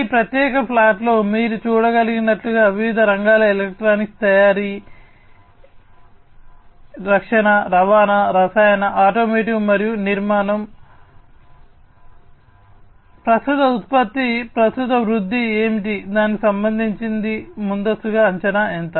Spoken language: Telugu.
ఈ ప్రత్యేక ప్లాట్లో మీరు చూడగలిగినట్లుగా వివిధ రంగాల ఎలక్ట్రానిక్స్ తయారీ రక్షణ రవాణా రసాయన ఆటోమోటివ్ మరియు నిర్మాణం ఏమిటి దానికి సంబంధించి ముందస్తుగా అంచనా ఎంత